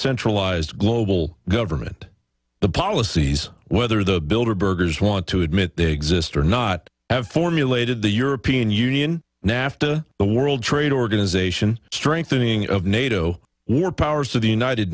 centralized global government the policies whether the builder burgers want to admit they exist or not have formulated the european union nafta the world trade organization strengthening of nato war powers of the united